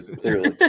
clearly